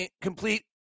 complete